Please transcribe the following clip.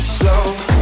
slow